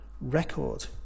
record